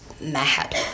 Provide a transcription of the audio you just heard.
mad